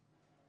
שם.